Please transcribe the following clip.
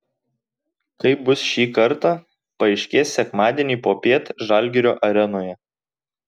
kaip bus šį kartą paaiškės sekmadienį popiet žalgirio arenoje